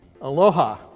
Aloha